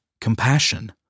compassion